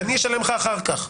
ואני אשלם לך אחר כך,